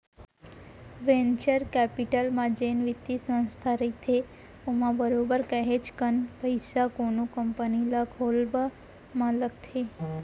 venture capital म जेन बित्तीय संस्था रहिथे ओमा बरोबर काहेच कन पइसा कोनो कंपनी ल खोलब म लगथे